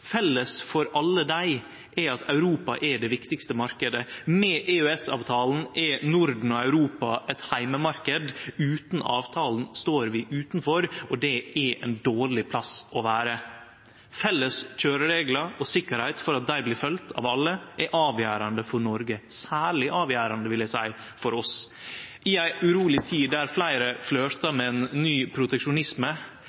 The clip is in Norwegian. Felles for alle dei er at Europa er den viktigaste marknaden. Med EØS-avtala er Norden og Europa ein heimemarknad. Utan avtala står vi utanfor, og det er ein dårleg plass å vere. Felles køyrereglar og sikkerheit for at dei blir følgde av alle, er avgjerande for Noreg – særleg avgjerande, vil eg seie, for oss. I ei uroleg tid då fleire